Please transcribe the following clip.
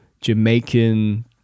Jamaican